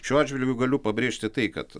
šiuo atžvilgiu galiu pabrėžti tai kad